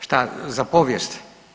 Šta? ... [[Upadica se ne čuje.]] Za povijest?